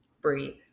Breathe